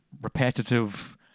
repetitive